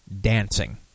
dancing